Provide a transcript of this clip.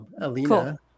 Alina